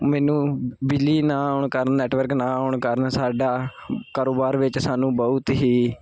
ਮੈਨੂੰ ਬਿਜਲੀ ਨਾ ਆਉਣ ਕਾਰਨ ਨੈਟਵਰਕ ਨਾ ਆਉਣ ਕਾਰਨ ਸਾਡਾ ਕਾਰੋਬਾਰ ਵਿੱਚ ਸਾਨੂੰ ਬਹੁਤ ਹੀ